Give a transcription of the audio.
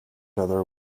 other